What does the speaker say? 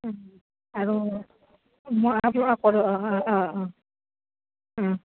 আৰু মই কৰোঁ অঁ অঁ অঁ অঁ